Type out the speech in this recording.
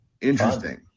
interesting